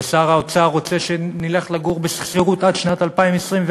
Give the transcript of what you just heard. ושר האוצר רוצה שנלך לגור בשכירות עד שנת 2014,